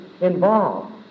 involved